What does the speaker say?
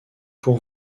pour